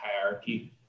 hierarchy